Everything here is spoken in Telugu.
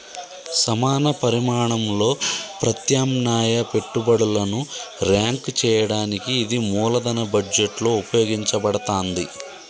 సమాన పరిమాణంలో ప్రత్యామ్నాయ పెట్టుబడులను ర్యాంక్ చేయడానికి ఇది మూలధన బడ్జెట్లో ఉపయోగించబడతాంది